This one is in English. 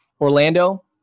Orlando